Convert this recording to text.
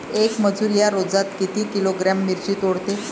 येक मजूर या रोजात किती किलोग्रॅम मिरची तोडते?